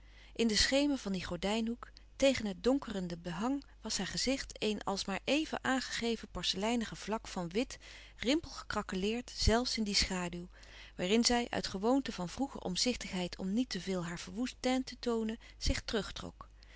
in den schemer van dien gordijnhoek tegen het donkerende behang was haar gezicht een als maar even aangegeven porceleinige vlak van wit rimpel gecraqueleerd zelfs in die schaduw waarin zij uit gewoonte van vroegere omzichtigheid om niet te veel haar verwoest teint te toonen zich